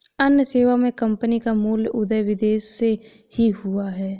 अन्य सेवा मे कम्पनी का मूल उदय विदेश से ही हुआ है